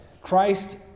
Christ